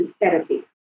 therapy